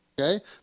Okay